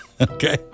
Okay